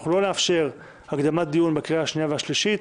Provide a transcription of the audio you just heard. אנחנו לא נאפשר הקדמת דיון בקריאה השנייה והשלישית,